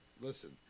Listen